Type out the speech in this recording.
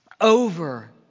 Over